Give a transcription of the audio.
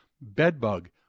Bedbug